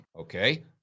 Okay